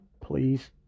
please